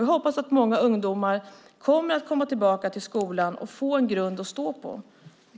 Jag hoppas att många ungdomar kommer tillbaka till skolan och får en grund att stå på.